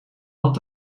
had